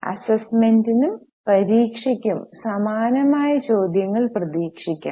അസൈൻമെന്റിനും പരീക്ഷയ്ക്കും സമാനമായ ചോദ്യങ്ങൾ പ്രതീക്ഷിക്കാം